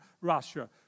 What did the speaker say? Russia